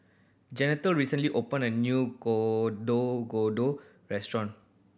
Jeanette recently opened a new Gado Gado restaurant